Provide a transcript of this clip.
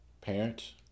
parents